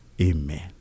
Amen